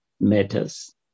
matters